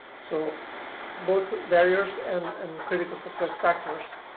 so both barriers and and critical success factors.